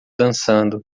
dançando